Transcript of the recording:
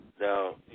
Now